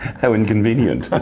how inconvenient.